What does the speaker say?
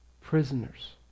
prisoners